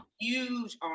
huge